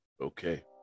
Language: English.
okay